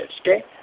okay